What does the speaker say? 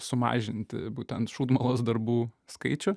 sumažinti būtent šūdmalos darbų skaičių